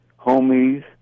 homies